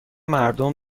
مردم